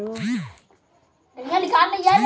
Online या offline खाता खोलने में क्या अंतर है बताएँ?